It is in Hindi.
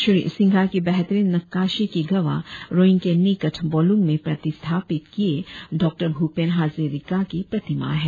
श्री सिंघा की बेहतरीन नक्काशी की गवाह रोईंग के निकट बोलुंग में प्रतिष्ठापित किए डॉ भुपेन हाजरिका की प्रतिमा है